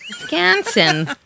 Wisconsin